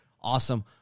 awesome